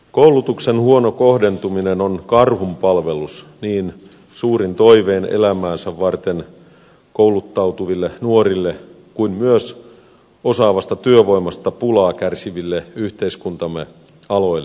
koulutuksen huono kohdentuminen on karhunpalvelus niin suurin toivein elämäänsä varten kouluttautuville nuorille kuin myös osaavasta työvoimasta pulaa kärsiville yhteiskuntamme aloille